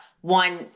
one